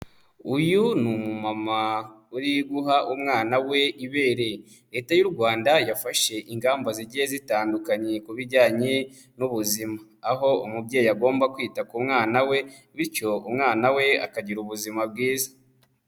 Uyu ni umumama uri guha umwana we ibere. Leta y'u Rwanda yafashe ingamba zigiye zitandukanye ku bijyanye n'ubuzima, aho umubyeyi agomba kwita ku mwana we, bityo umwana we akagira ubuzima bwiza.